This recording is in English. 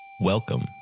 Welcome